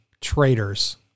traitors